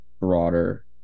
broader